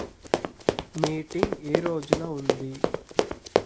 meeting ఏ రోజున ఉంది